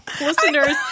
listeners